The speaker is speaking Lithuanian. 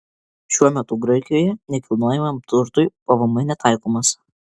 šiuo metu graikijoje nekilnojamajam turtui pvm netaikomas